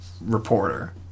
reporter